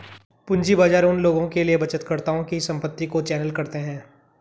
पूंजी बाजार उन लोगों के लिए बचतकर्ताओं की संपत्ति को चैनल करते हैं